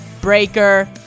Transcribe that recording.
breaker